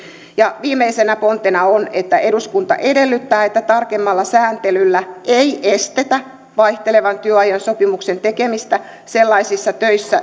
viimeisenä pontena on eduskunta edellyttää että tarkennetulla sääntelyllä ei estetä vaihtelevan työajan sopimuksen tekemistä sellaisessa